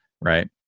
right